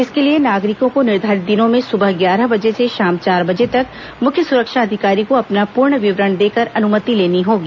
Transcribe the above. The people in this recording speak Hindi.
इसके लिए नागरिकों को निर्धारित दिनों में सुबह ग्यारह बजे से शाम चार बजे तक मुख्य सुरक्षा अधिकारी को अपना पूर्ण विवरण देकर अनुमति लेनी होगी